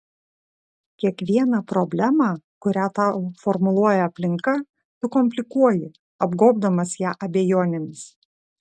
kiekvieną problemą kurią tau formuluoja aplinka tu komplikuoji apgobdamas ją abejonėmis